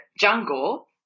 jungle